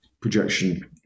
projection